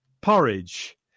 Porridge